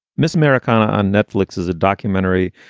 miss americana on netflix is a documentary,